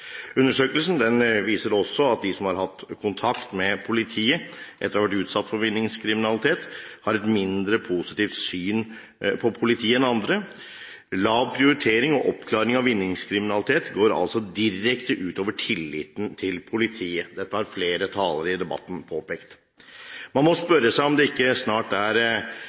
viser også at de som har hatt kontakt med politiet etter å ha vært utsatt for vinningskriminalitet, har et mindre positivt syn på politiet enn andre. Lav prioritering og oppklaring av vinningskriminalitet går altså direkte ut over tilliten til politiet. Dette har flere talere i debatten påpekt. Man må spørre seg om det ikke snart er